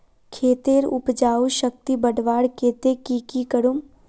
खेतेर उपजाऊ शक्ति बढ़वार केते की की करूम?